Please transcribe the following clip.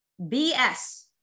BS